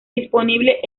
disponibles